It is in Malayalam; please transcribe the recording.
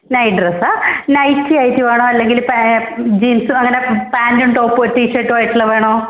നൈറ്റ് ഡ്രെസ്സാണോ നെറ്റി ആയിട്ട് വേണോ അല്ലെങ്കിൽ ജീൻസും അങ്ങനെ പാന്റും ടോപ്പും ടീഷർട്ടുമായിട്ടുള്ളത് വേണോ